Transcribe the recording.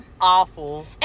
awful